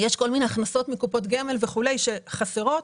יש כל מיני הכנסות מקופות גמל וכולי שחסרות.